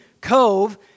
cove